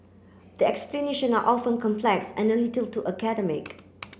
the explanation are often complex and a little too academic